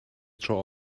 tro